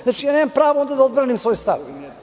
Znači onda nemam pravo da odbranim svoj stav?